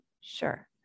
Sure